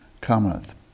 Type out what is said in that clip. cometh